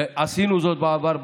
ועשינו זאת בעבר,